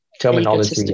terminology